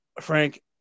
Frank